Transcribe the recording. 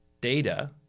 data